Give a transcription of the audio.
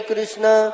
Krishna